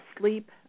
sleep